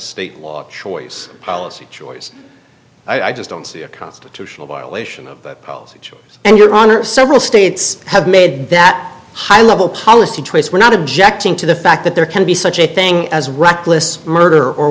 choice policy choice i just don't see a constitutional violation and your honor several states have made that high level policy choice we're not objecting to the fact that there can be such a thing as reckless murder or